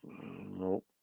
No